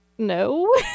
No